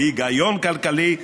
של היגיון כלכלי,